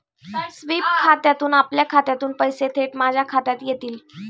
sweep खात्यातून आपल्या खात्यातून पैसे थेट माझ्या खात्यात येतील